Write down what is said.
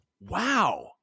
Wow